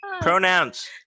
Pronouns